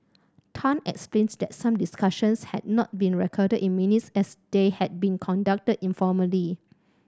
Tan explained that some discussions had not been recorded in minutes as they had been conducted informally